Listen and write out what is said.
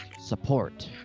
support